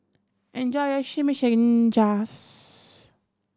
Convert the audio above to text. enjoy your Chimichangas